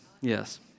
yes